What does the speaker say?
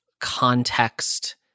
context